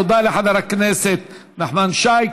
תודה לחבר הכנסת נחמן שי.